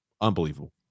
unbelievable